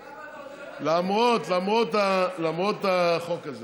אז למה אתה רוצה לתת לאיילת שקד, למרות החוק הזה.